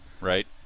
Right